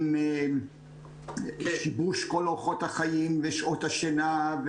עם שיבוש כל אורחות החיים ושעות השינה,